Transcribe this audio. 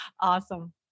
Awesome